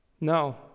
No